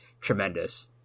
tremendous